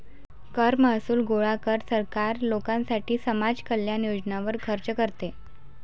कर महसूल गोळा कर, सरकार लोकांसाठी समाज कल्याण योजनांवर खर्च करते